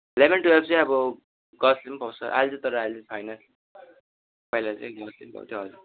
eleven twelve चाहिँ अब गर्ल्सले पनि पाउँछ अहिले चाहिँ तर अहिले चाहिँ छैन पहिला चाहिँ गर्ल्सले पनि पाउँथ्यो हजुर